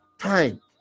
time